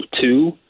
two